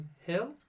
Hill